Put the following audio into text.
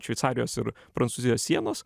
šveicarijos ir prancūzijos sienos